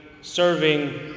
serving